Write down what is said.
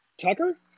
Tucker